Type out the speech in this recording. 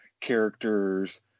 characters